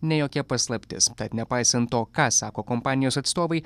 ne jokia paslaptis tad nepaisant to ką sako kompanijos atstovai